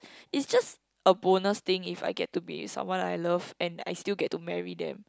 is just a bonus thing if I get to be someone I love and I still get to marry them